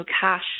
cash